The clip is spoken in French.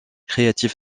créatif